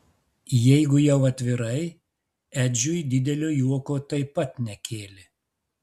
jeigu jau atvirai edžiui didelio juoko taip pat nekėlė